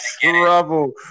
trouble